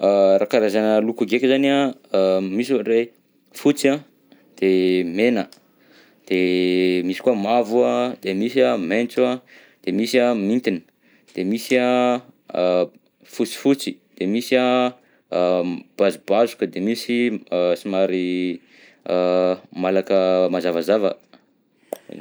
Raha karazana loko ndreky zany an, misy ohatra hoe fotsy an, de mena, de misy koa mavo an, de misy maitso an, de misy mintiny de misy a a fotsifotsy de misy an basobasoka de misy somary a malaka mazavazava.